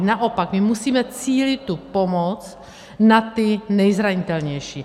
Naopak my musíme cílit tu pomoc na ty nejzranitelnější.